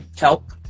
help